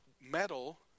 metal